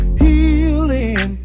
healing